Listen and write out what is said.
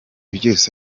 byose